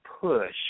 push